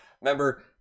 Remember